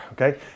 okay